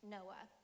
Noah